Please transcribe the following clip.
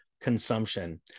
consumption